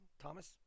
Thomas